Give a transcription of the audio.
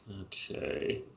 Okay